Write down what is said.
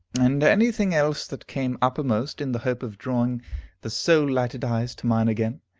and any thing else that came uppermost, in the hope of drawing the soul-lighted eyes to mine again,